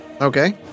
Okay